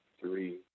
three